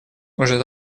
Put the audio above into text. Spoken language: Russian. уже